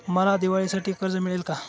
मला दिवाळीसाठी कर्ज मिळेल का?